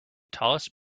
tallest